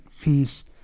peace